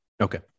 Okay